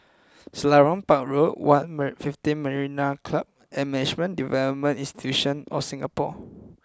Selarang Park Road One Fifteen Marina Club and Management Development institute of Singapore